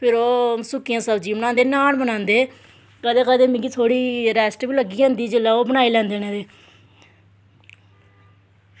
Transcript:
फिर ओह् सुक्कियां सब्जियां बनांदे नान बनाई लैंदे कदें कदें मिगी थोह्ड़ी रेस्ट बी लग्गी जंदी जेल्लै ओह् बनाई लैंदे न